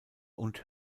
und